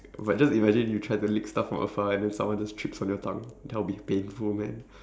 but just imagine you try to lick stuff from afar and then someone just trips on your tongue that will be painful man